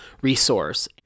resource